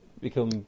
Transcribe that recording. become